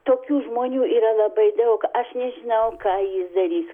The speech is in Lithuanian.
tokių žmonių yra labai daug aš nežinau ką jis darys